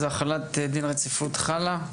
החלת דין הרציפות התקבלה.